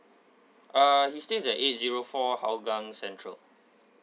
uh he stays at eight zero four hougang central